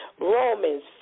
Romans